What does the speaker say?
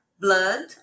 blood